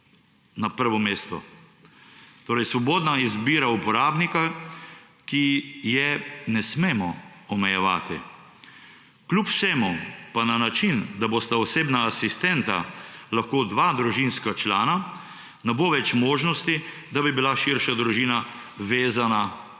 na prvo mesto. Torej svobodna izbira uporabnika, ki je ne smemo omejevati. Kljub vsemu pa na način, da bosta osebna asistenta lahko dva družinska člana, ne bo več možnosti, da bi bila širša družina finančno